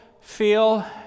feel